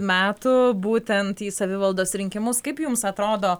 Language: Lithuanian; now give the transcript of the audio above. metų būtent į savivaldos rinkimus kaip jums atrodo